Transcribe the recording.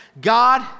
God